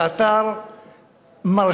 זה אתר מרשים,